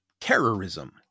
Terrorism